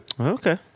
Okay